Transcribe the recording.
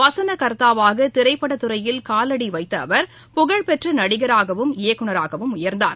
வசனகர்த்தாவாகதிரைப்படத் துறையில் காவடிவைத்தஅவர் புகழ்பெற்றநடிகராகவும் இயக்குநராகவும் உயர்ந்தார்